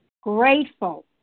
Grateful